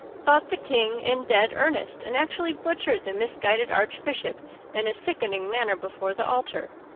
thought the king in dead earnest, and actually butchered the misguided archbishop in a sickening manner before the altar.